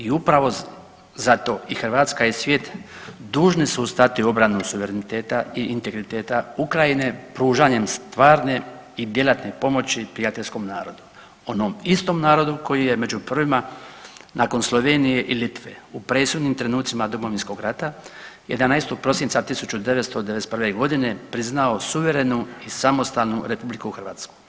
I upravo zato i Hrvatska i svijet dužni su stati u obranu suvereniteta i integriteta Ukrajine pružanjem stvarne i djelatne pomoći prijateljskom narodu, onom istom narodu koji je među prvima nakon Slovenije i Litve u presudnim trenucima Domovinskog rata 11. prosinca 1991. godine priznao suverenu i samostalnu Republiku Hrvatsku.